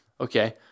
Okay